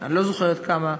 אני לא זוכרת כמה.